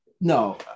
no